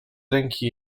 ręki